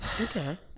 okay